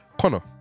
Connor